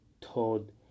told